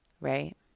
right